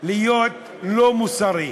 להיות לא מוסרי?